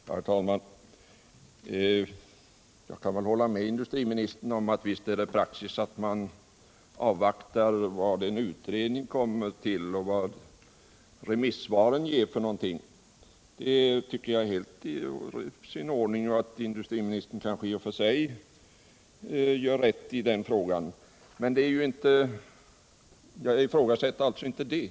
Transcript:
Herr talman! Jag kan väl hålla med industriministern om att det är praxis att avvakta de resultat en utredning kommer till och vad remissvaren ger det tycker jag är helt i sin ordning. Jag ifrågasätter alltså inte det.